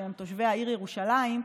תושבי העיר ירושלים,